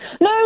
No